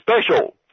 Special